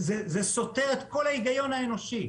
זה סותר את כל ההיגיון האנושי,